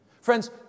Friends